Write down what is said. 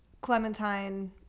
Clementine